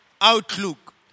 outlook